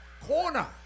corner